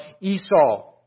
Esau